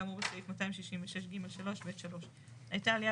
כאמור בסעיף 266ג3(ב)(3); הייתה עלייה